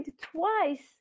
twice